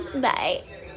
Bye